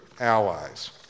allies